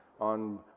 on